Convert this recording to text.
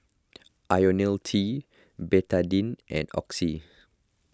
Ionil T Betadine and Oxy